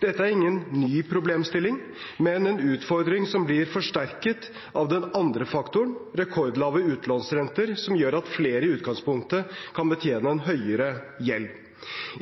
Dette er ingen ny problemstilling, men en utfordring som blir forsterket av den andre faktoren: rekordlave utlånsrenter, som gjør at flere i utgangspunktet kan betjene en høyere gjeld.